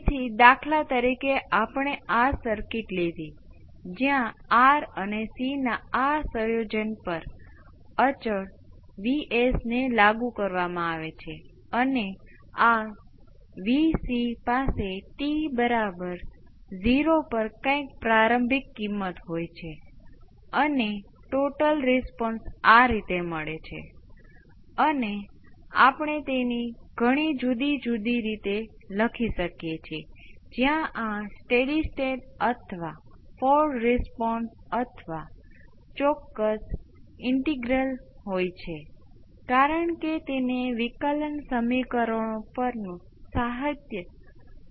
તેથી ચાલો આપણે તે પહેલા કરવાનો પ્રયાસ કરીએ જે પ્રયાસ કરવા માટે સરળ વસ્તુ છે તેથી કૃપા કરીને આને V c 1 ની દ્રષ્ટિએ ફરીથી લખો અને તેની સરખામણી કરો મને જે મળ્યું તે આપણને RC dVc 1 by dt V c 1 બરાબર SCRV p એક્સપોનેનશીયલ st માટે આપણને હોમોજીનીયસ સમીકરણ મળતું નથી તેથી આપણે શું કરીશું